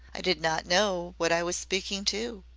i did not know what i was speaking to.